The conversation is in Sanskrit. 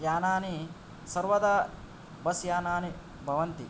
यानानि सर्वदा बस्यानानि भवन्ति